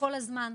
כל הזמן.